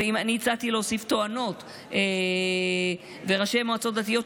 ואני הצעתי להוסיף טוענות וראשי מועצות דתיות,